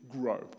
grow